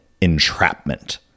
entrapment